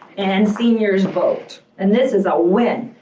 and seniors vote. and this is a win,